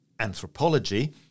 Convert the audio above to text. anthropology